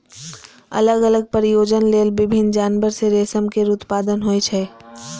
अलग अलग प्रयोजन लेल विभिन्न जानवर सं रेशम केर उत्पादन होइ छै